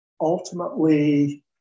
ultimately